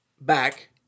Back